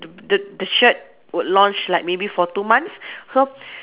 the the shirt would launch like maybe for two months so